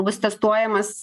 bus testuojamas